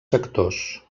sectors